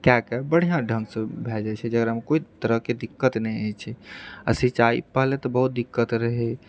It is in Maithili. कए कऽ बढ़िआँ ढ़ङ्गसँ भए जाइत छै जकरामे कोइ तरहकेँ दिक्कत नहि होइत छै आ सिंचाइ पहले तऽ बहुत दिक्कत रहै